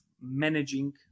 managing